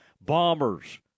bombers